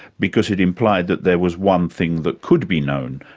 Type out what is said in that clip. because it implied that there was one thing that could be known,